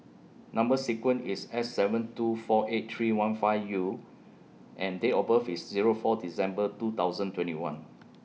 Number sequence IS S seven two four eight three one five U and Date of birth IS Zero four December two thousand twenty one